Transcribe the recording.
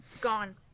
Gone